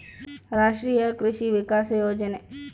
ರಾಷ್ಟ್ರೀಯ ಕೃಷಿ ವಿಕಾಸ ಯೋಜನೆ